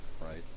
Right